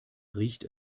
riecht